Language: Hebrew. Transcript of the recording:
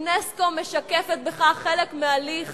אונסק”ו משקפת בכך חלק מהליך